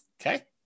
Okay